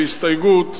בהסתייגות,